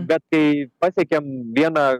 bet kai pasiekėm vieną